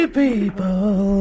people